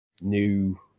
new